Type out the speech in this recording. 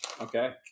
Okay